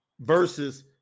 versus